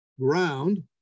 ground